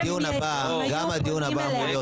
שום בעיה אם היו פונים אליה.